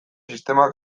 sistema